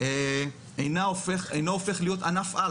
אינו הופך להיות ענף-על?